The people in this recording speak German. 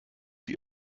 die